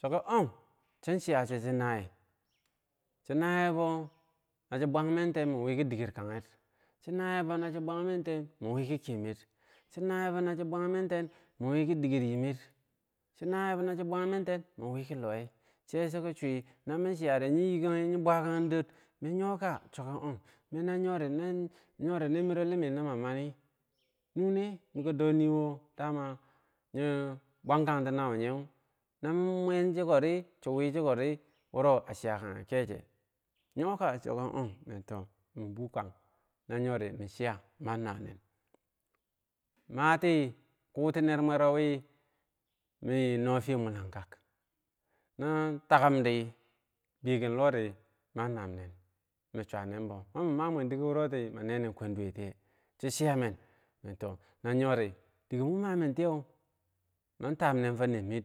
choki oh san naye chi na yebo bo na so bwang men tenmin wiki diker kageg, chonayebo nashi bwang menten min we ki kemer, chonayebo nashi bwang menten min we kidiker yimer, chonayebo nashi bwang menten min wiki luweh, no mi chiyari yinyikogi yin bwagan dor, miki yoka so ki oh, miki no yori nirmiro nirmiro limi lumamani, nuneh miki do yiwo dama yah bwankantina, wunyew nomun bwanchikori chiwichikori woro a chiya kage keche, yokachiki oh mintoh minbur kang no yori min chiyah man nanen, mati kuti nermwerowi miki nor fiyeh mulanka, non takumdi begen loh ri man namnen, min swanenbo mam mabwen dike woroti manene kwanduweh tiye, chi yayayeh min toh dike mun mamentiyeu man tam nen for ner mir,